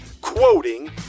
quoting